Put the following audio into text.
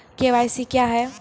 KYC क्या हैं?